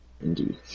Indeed